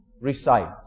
recite